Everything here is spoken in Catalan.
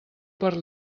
per